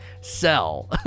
sell